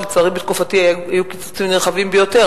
ולצערי בתקופתי היו קיצוצים נרחבים ביותר.